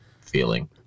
feeling